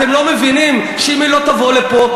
אתם לא מבינים שאם היא לא תבוא לפה,